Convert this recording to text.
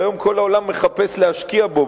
שהיום כל העולם מחפש להשקיע בו,